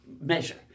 measure